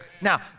Now